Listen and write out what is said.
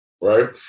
right